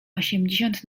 osiemdziesiąt